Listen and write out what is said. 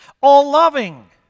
all-loving